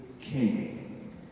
king